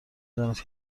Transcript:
دانست